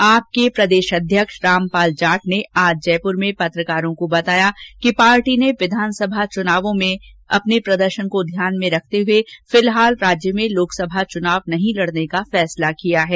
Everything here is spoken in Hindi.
आप के प्रदेशाध्यक्ष रामपाल जाट ने आज जयपूर में पत्रकारों को बताया कि पार्टी ने विधानसभा चुनावों में पार्टी के प्रदर्शन को ध्यान में रखते हुए फिलहाल राज्य में लोकसभा चुनाव नहीं लडने का फैसला किया है